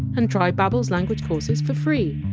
and try babbel's language courses for free.